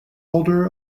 holder